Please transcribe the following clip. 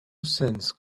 sense